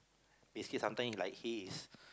basically sometime like he is